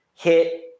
hit